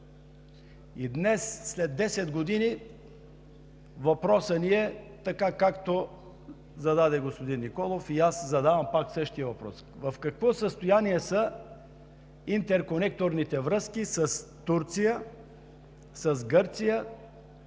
И днес, след 10 години, въпросът ми е, както го зададе господин Николов, и аз задавам пак същия въпрос: в какво състояние са интерконекторните връзки с Турция, с Гърция,